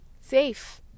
safe